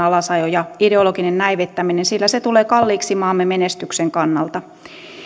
alasajo ja ideologinen näivettäminen sillä se tulee kalliiksi maamme menestyksen kannalta